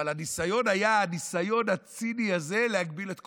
אבל הניסיון היה הניסיון הציני הזה להגביל את כוחם.